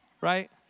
Right